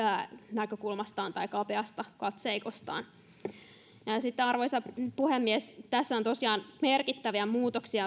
näkökulmastaan tai kapeasta katseikostaan arvoisa puhemies tässä on tosiaan merkittäviä muutoksia